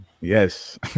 Yes